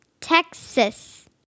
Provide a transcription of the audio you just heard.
Texas